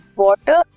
water